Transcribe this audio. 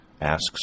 asks